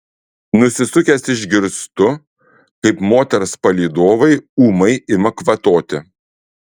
nusisukęs išgirstu kaip moters palydovai ūmai ima kvatoti